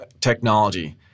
technology